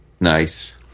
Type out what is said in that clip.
nice